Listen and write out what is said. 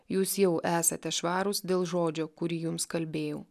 jūs jau esate švarūs dėl žodžio kurį jums kalbėjau